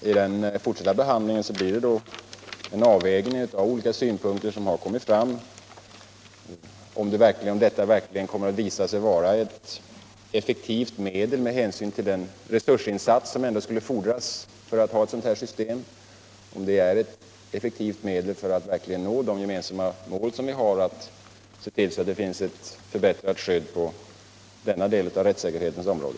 Vid den fortsatta behandlingen blir det därför en avvägning mellan de olika synpunkter som kommit fram. Vi får se om detta medel, med hänsyn till den resursinsats som ändå erfordras för att ha systemet, verkligen är effektivt när det gäller att nå det gemensamma målet att få ett bättre skydd på denna del av rättssäkerhetens område.